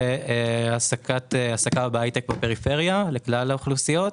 להעסקה בהייטק בפריפריה לכלל האוכלוסיות.